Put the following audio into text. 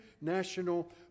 national